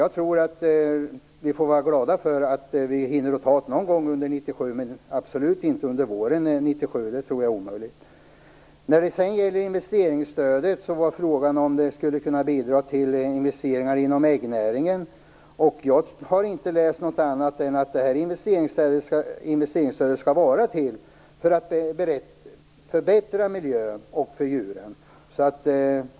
Jag tror att vi får vara glada för att vi hinner ta det någon gång under 1997, men absolut inte under våren 1997, det tror jag är omöjligt. Sedan gällde det investeringsstödet. Frågan var om detta skulle kunna bidra till investeringar inom äggnäringen. Jag har inte läst något annat än att det här investeringsstödet skall vara till för att förbättra miljön och förbättra för djuren.